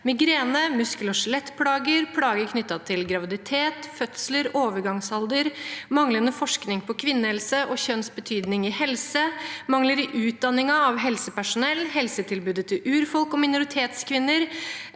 Migrene, muskel- og skjelettplager, plager knyttet til graviditet, fødsler, overgangsalder, manglende forskning på kvinnehelse og kjønns betydning i helse, mangler i utdanningen av helsepersonell, helsetilbudet til urfolks- og minoritetskvinner